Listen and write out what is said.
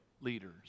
leaders